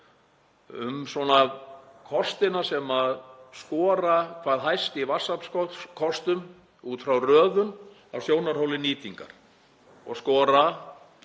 um kostina sem skora hvað hæst í vatnsaflskostum út frá röðun af sjónarhóli nýtingar og skora